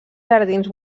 jardins